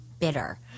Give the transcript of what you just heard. bitter